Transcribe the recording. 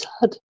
Sad